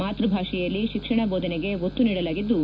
ಮಾತ್ಸ ಭಾಷೆಯಲ್ಲಿ ಶಿಕ್ಷಣ ಜೋಧನೆಗೆ ಒತ್ತು ನೀಡಲಾಗಿದ್ಲು